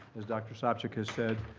as dr. sopcich has said,